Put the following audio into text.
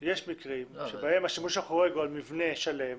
יש מקרים בהם השימוש החורג הוא על מבנה שלם.